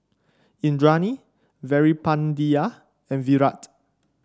Indranee Veerapandiya and Virat